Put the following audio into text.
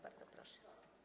Bardzo proszę.